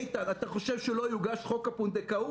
איתן, אתה חושב שלא יוגש חוק הפונדקאות?